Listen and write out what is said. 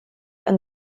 and